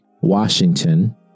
Washington